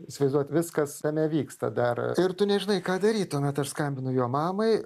įsivaizduojat viskas tame vyksta dar ir tu nežinai ką daryt tuomet aš skambinu jo mamai